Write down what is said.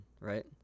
right